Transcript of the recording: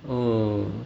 mm